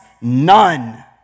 none